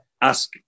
Ask